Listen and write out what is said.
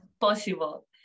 possible